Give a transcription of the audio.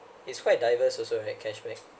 it's quite diverse also right cash back